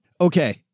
Okay